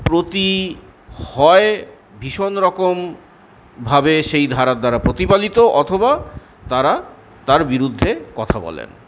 প্রতি হয় ভীষণ রকমভাবে সেই ধারার দ্বারা প্রতিপালিত অথবা তারা তার বিরুদ্ধে কথা বলে না